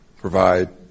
provide